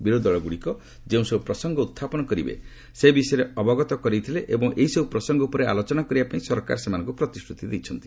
ବିରୋଧୀ ଦଳଗୁଡ଼ିକ ଯେଉଁସବୁ ପ୍ରସଙ୍ଗ ଉହ୍ଚାପନ କରିବେ ସେ ବିଷୟରେ ଅବଗତ କରାଇଥିଲେ ଏବଂ ଏହିସବ୍ ପ୍ରସଙ୍ଗ ଉପରେ ଆଲୋଚନା କରିବା ପାଇଁ ସରକାର ସେମାନଙ୍କୁ ପ୍ରତିଶ୍ରୁତି ଦେଇଥିଲେ